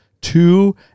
Two